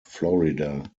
florida